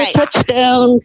touchdown